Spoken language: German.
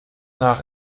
nach